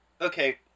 okay